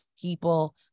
people